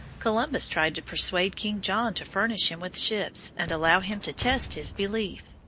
columbus tried to persuade king john to furnish him with ships and allow him to test his belief.